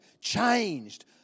changed